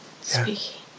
speaking